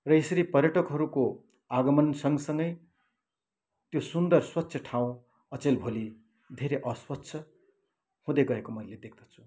र यसरी पर्यटकहरूको आगमन सँगसँगै त्यो सुन्दर स्वच्छ ठाउँ अचेल भोलि धेरै अस्वच्छ हुँदै गएको मैले देख्दछु